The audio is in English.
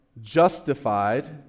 justified